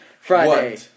Friday